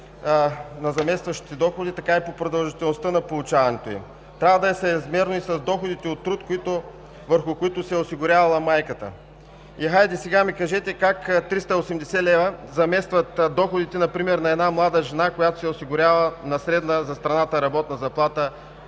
на заместващите доходи, така и по продължителността на получаването им. Трябва да е съразмерно и с доходите от труд, върху които се е осигурявала майката. И хайде сега ми кажете как 380 лв. заместват доходите например на една млада жена, която се е осигурявала на средна за страната работна заплата